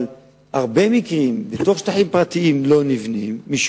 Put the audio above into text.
אבל בהרבה מקרים לא נבנים בתוך שטחים פרטיים,